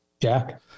Jack